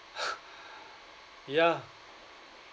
ya